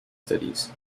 studies